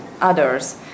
others